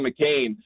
McCain